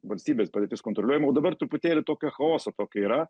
valstybės padėtis kontroliuojama o dabar truputėlį tokio chaoso tokio yra